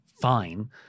fine